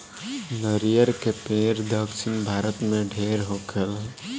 नरियर के पेड़ दक्षिण भारत में ढेर होखेला